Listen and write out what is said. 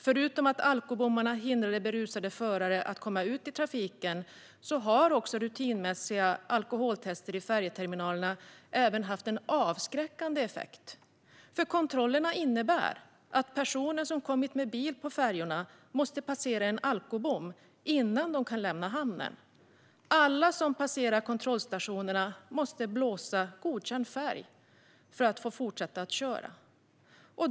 Förutom att alkobommarna hindrar berusade förare att komma ut i trafiken har rutinmässiga alkoholtester i färjeterminaler även haft en avskräckande effekt. Kontrollerna innebär att personer som har kommit med bil på färjorna måste passera en alkobom innan de kan lämna hamnen. Alla som passerar kontrollstationerna måste blåsa godkänd färg för att få fortsätta att köra.